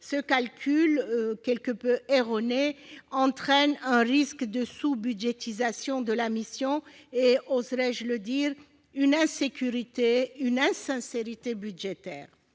Ce calcul, quelque peu erroné, entraîne un risque de sous-budgétisation de la mission et, oserai-je dire, une forme d'insincérité budgétaire.